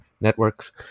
networks